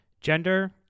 gender